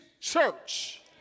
church